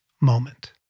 moment